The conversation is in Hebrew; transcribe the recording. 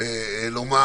לומר